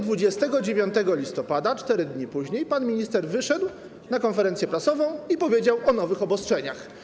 29 listopada, 4 dni później, pan minister wyszedł na konferencję prasową i poinformował o nowych obostrzeniach.